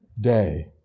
day